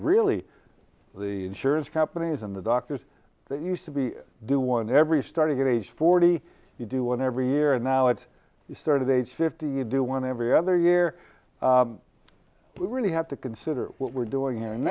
really the insurance companies and the doctors that used to be do one every starting at age forty you do one every year and now it's sort of age fifty you do one every other year we really have to consider what we're doing and